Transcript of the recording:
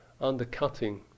undercutting